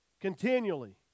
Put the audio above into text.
continually